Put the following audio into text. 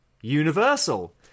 Universal